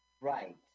right